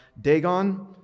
Dagon